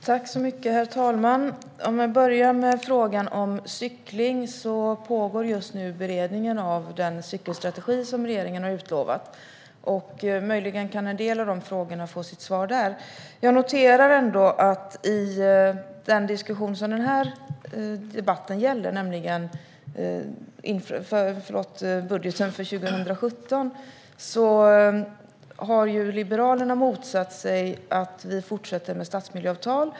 Herr talman! Jag börjar med frågan om cykling. Det pågår just nu en beredning av den cykelstrategi som regeringen har utlovat. Möjligen kan en del av de frågorna få sitt svar där. Jag noterar att av den diskussion som den här debatten gäller, nämligen budgeten för 2017, har Liberalerna motsatt sig att man ska fortsätta med stadsmiljöavtal.